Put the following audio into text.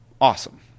awesome